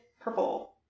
purple